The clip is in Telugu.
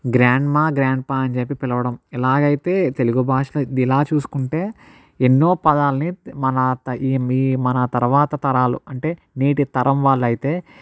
గ్రాండ్మా గ్రాండ్పా అని చెప్పి పిలవడం ఇలాగైతే తెలుగు భాష ఇలా చూసుకుంటే ఎన్నో పదాలని మన ఈ ఈ మన తర్వాత తరాలు అంటే నేటి తరం వాళ్ళైతే